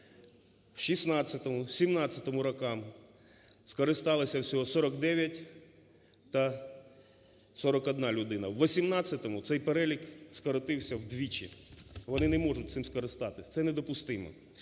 в 2016-2017 роках скористалися всього 49 та 41 людина, в 2018-ому цей перелік скоротився вдвічі. Вони не можуть цим скористатися, це недопустимо.